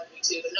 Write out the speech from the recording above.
YouTube